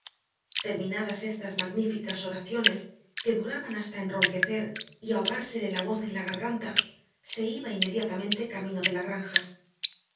terminadas estas magníficas oraciones que duraban hasta enronquecer y ahogársele la voz en la garganta se iba inmediatamente camino de la granja